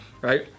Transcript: right